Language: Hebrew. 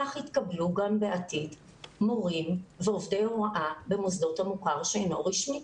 כך יתקבלו גם בעתיד מורים ועובדי הוראה במוסדות המוכר שאינו רשמי.